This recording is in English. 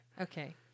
Okay